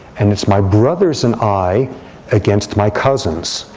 and it's my brothers and i against my cousins.